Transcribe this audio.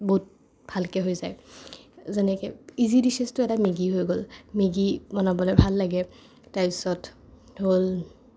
বহুত ভালকৈ হৈ যায় যেনেকৈ ইজি ডিছেছতো এটা মেগি হৈ গ'ল মেগি বনাবলৈ ভাল লাগে তাৰপিছত হ'ল